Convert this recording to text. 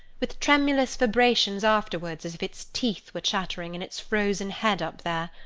with tremulous vibrations afterwards as if its teeth were chattering in its frozen head up there.